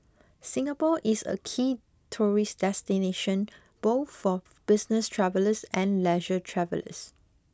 Singapore is a key tourist destination both for business travellers and leisure travellers